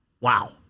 Wow